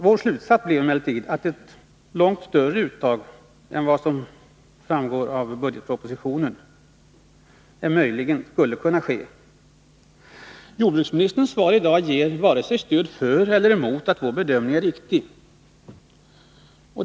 Vår slutsats blir emellertid att ett långt större uttag skulle kunna ske än som framgår av budgetpropositionen. Jordbruksministerns svar i dag ger varken stöd för eller skäl emot när det gäller riktigheten i vår bedömning.